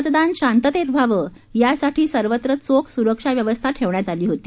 मतदान शांततेत व्हावं यासाठी सर्वत्र चोख सुरक्षा व्यवस्था ठेवण्यात आली होती